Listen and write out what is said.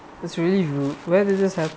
it's really rude where they just